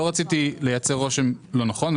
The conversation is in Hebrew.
לא רציתי לייצר רושם לא נכון,